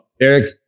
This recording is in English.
Eric